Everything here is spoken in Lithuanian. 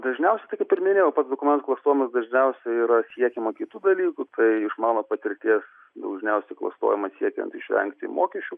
dažniausiai tai kaip ir minėjau pats dokumentų klastojimas dažniausiai yra siekiama kitų dalykų tai iš mano patirties dažniausiai klastojama siekiant išvengti mokesčių